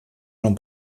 non